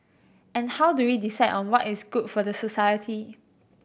and how do we decide on what is good for the society